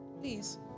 Please